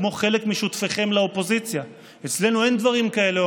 כמו חלק משותפיכם לאופוזיציה: אצלנו אין דברים כאלה,